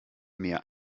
mehr